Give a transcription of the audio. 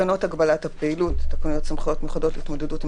"תקנות הגבלת הפעילות" תקנות סמכויות מיוחדות להתמודדות עם